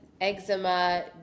eczema